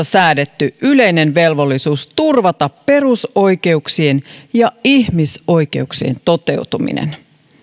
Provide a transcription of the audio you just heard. säädetty yleinen velvollisuus turvata perusoikeuksien ja ihmisoikeuksien toteutuminen